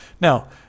Now